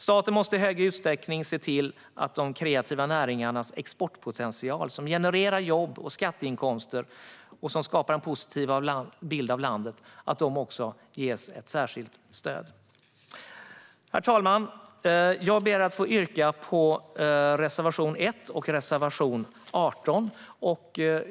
Staten måste i större utsträckning se till att de kreativa näringarnas exportpotential, som genererar jobb och skatteinkomster och som skapar en positiv bild av landet, ges ett särskilt stöd. Herr talman! Jag ber att få yrka bifall till reservationerna 1 och 18.